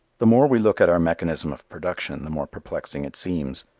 the more we look at our mechanism of production the more perplexing it seems.